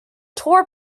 tour